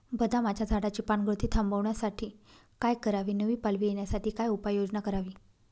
बदामाच्या झाडाची पानगळती थांबवण्यासाठी काय करावे? नवी पालवी येण्यासाठी काय उपाययोजना करावी?